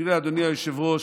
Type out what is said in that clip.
אדוני היושב-ראש,